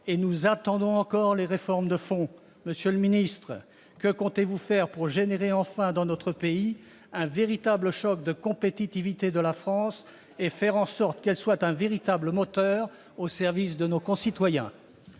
et nous attendons encore les réformes de fond. Monsieur le ministre, que comptez-vous faire pour créer enfin dans notre pays un véritable choc de compétitivité de la France et en faire un véritable moteur, au service de nos concitoyens ?